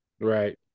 Right